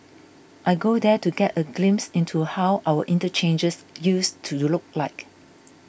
I go there to get a glimpse into how our interchanges used to look like